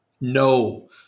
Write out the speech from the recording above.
No